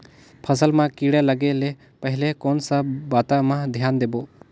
फसल मां किड़ा लगे ले पहले कोन सा बाता मां धियान देबो?